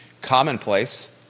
commonplace